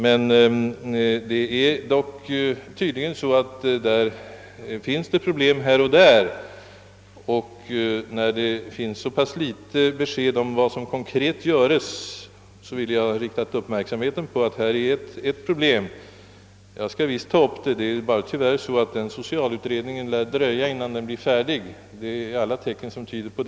Men tydligen finns det här en hel del problem, och när det har lämnats så få besked om vad som konkret göres har jag velat rikta uppmärksamheten på frågan bland övriga. Tyvärr är det dock så att det lär dröja innan socialutredningen blir färdig. Alla tecken tyder därpå.